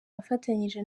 afatanyije